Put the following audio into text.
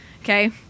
okay